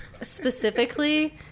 specifically